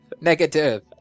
Negative